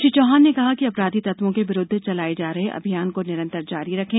श्री चौहान ने कहा कि अपराधी तत्वों के विरुद्व चलाए जा रहे अभियान को निरंतर जारी रखें